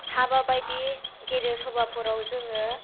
हाबा बायदि गेदेर सभाफोराव जोङो